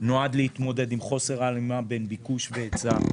הוא נועד להתמודד עם חוסר ההלימה בין ביקוש והיצע.